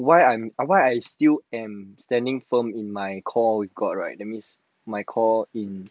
why I why I still am standing firm in my call report right that means my call in